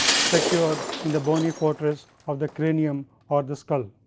secured in the bony fortress of the cranium or the skull.